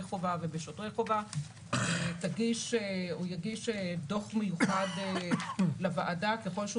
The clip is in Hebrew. חובה ובשוטרים חובה יגיש דוח מיוחד לוועדה ככל שהוא